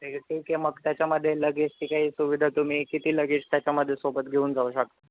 ठीक आहे मग त्याच्यामध्ये लगेजची काही सुविधा तुम्ही किती लगेज त्याच्यामध्ये सोबत घेऊन जाऊ शकता